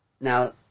Now